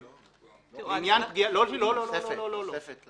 לא, לא, תוספת.